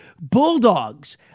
bulldogs